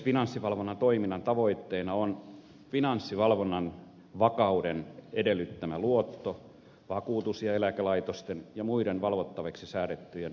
finanssivalvonnan toiminnan tavoitteena on finanssivalvonnan vakauden edellyttämä luotto vakuutus ja eläkelaitosten ja muiden valvottaviksi säädettyjen vakaa toiminta